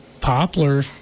Poplar